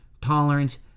tolerance